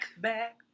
Back